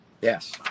Yes